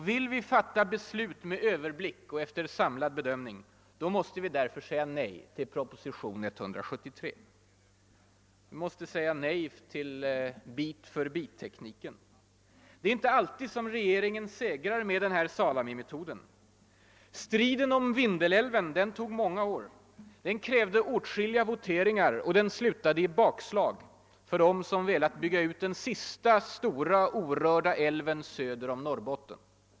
Vill vi fatta beslut med överblick och efter samlad bedömning, måste vi därför säga nej till propositionen 173. Vi måste säga nej till Salami-tekniken. Det är inte alltid som regeringen segrar med den tekniken. Striden om Vindelälven tog många år. Den krävde åtskilliga voteringar. Den slutade i bakslag för dem som velat bygga ut den sista stora orörda älven söder om Norrbotten.